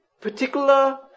particular